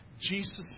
Jesus